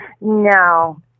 no